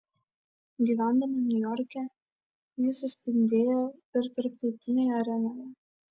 gyvendama niujorke ji suspindėjo ir tarptautinėje arenoje